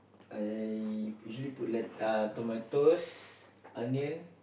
I usually put let~ uh tomatoes onion